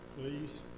Please